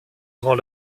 grand